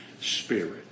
spirit